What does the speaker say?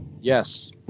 Yes